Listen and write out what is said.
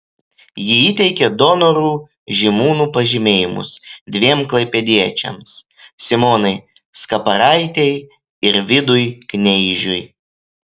ji įteikė donorų žymūnų pažymėjimus dviem klaipėdiečiams simonai skaparaitei ir vidui kneižiui